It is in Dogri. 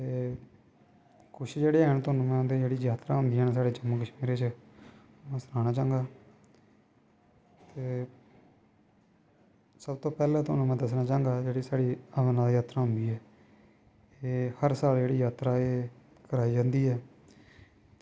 ते कुछ जेह्ड़े हैन ते जात्तरां होंदियां न में सनाना चाहंदा कि ते सब तू पैह्लें में तुसेंगी दस्सना चाहंदा कि जेह्ड़ी अमरनाथ जात्तरा होंदी ऐ ते हर साल एह् जात्तरा जेह्ड़ी कराई जंदी